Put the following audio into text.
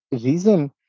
Reason